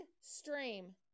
Stream